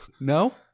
No